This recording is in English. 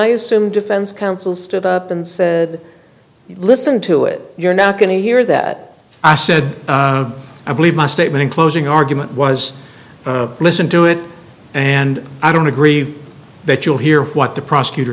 i assume defense counsel stood up and said listen to it you're not going to hear that i said i believe my statement in closing argument was listen to it and i don't agree that you'll hear what the prosecutor